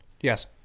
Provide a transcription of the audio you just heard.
Yes